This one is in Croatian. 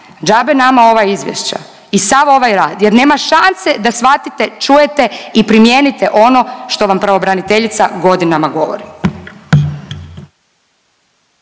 džabe nama ova izvješća i sav ovaj rad jer nema šanse da shvatite, čujete i primijenite ono što vam pravobraniteljica godinama govori.